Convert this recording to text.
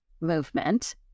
movement